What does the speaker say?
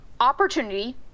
opportunity